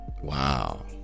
Wow